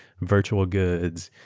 virtual goods,